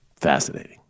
Fascinating